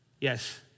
Yes